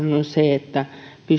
se että pystymme